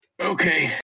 Okay